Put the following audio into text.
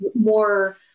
more